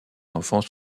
enfance